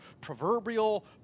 proverbial